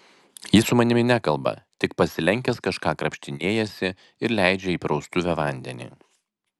jis su manimi nekalba tik pasilenkęs kažką krapštinėjasi ir leidžia į praustuvę vandenį